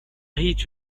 heat